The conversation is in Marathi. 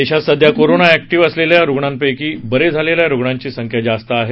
देशात सध्या कोरोना ऍक्टिव्ह असलेल्या रुग्णांपेक्षा बरे झालेल्या रुग्णांची संख्या जास्त जास्त आहे